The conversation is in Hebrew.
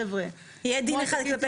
חבר'ה שיש להם --- יהיה דין אחד כלפי